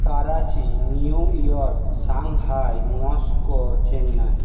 Karachi New York Shanghai Moscow Chennai